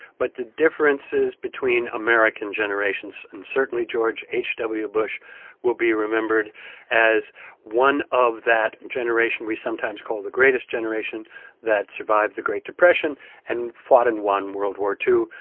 but the differences between american generations. and certainly, george h w. bush will be remembered as one of that generation we sometimes call the greatest generation that survived the great depression and fought and won world war ii.